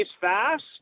fast